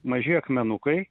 maži akmenukai